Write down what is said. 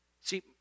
See